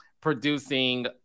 producing